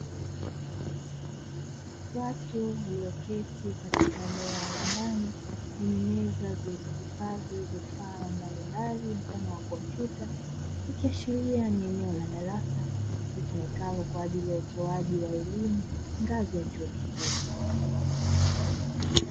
Watu walioketi katika eneo la ndani lenye meza zilizohifadhi vifaa mbalimbali kama kompyuta, ikiashiria ni eneo la darasa litumikalo kwa ajili ya utoaji wa elimu ngazi ya chuo kikuu.